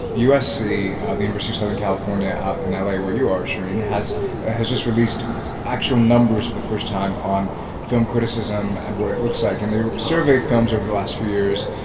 usc the university of southern california out in and la where you are, shereen has ah has just released actual numbers for the first time on film criticism and what it looks like. and they surveyed films over the last few years,